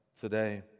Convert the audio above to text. today